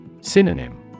Synonym